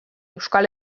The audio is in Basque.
euskal